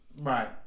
Right